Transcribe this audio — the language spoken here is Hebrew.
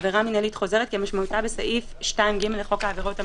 עבירה מינהלית חוזרת כמשמעותה בסעיף 2(ג) לחוק העבירות המינהליות".